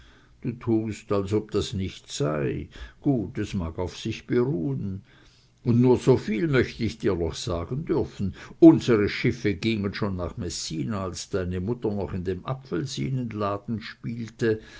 du tust als ob das nichts sei gut es mag auf sich beruhen und nur soviel möcht ich dir noch sagen dürfen unsre schiffe gingen schon nach messina als deine mutter noch in dem apfelsinenladen spielte